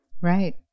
Right